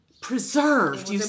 preserved